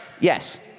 Yes